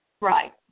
Right